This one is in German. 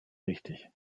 richtig